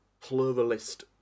pluralist